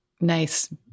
nice